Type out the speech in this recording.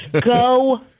go